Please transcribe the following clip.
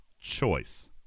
choice